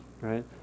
right